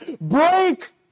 break